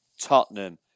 Tottenham